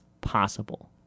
possible